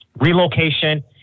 Relocation